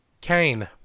Kane